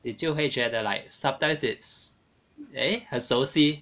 你就会觉得 like sometimes it's eh 很熟悉